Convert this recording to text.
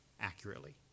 accurately